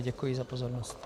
Děkuji za pozornost.